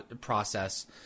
process